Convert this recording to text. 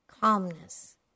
calmness